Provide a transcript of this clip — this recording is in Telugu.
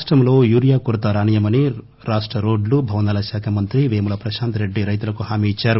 రాష్టంలో యూరియ కొరత రానీయమని రాష్ట రోడ్లుభవనాల శాఖ మంత్రి పేముల ప్రశాంత్ రెడ్డి రైతులకు హామీ ఇచ్చారు